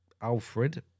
Alfred